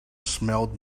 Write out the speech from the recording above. smelled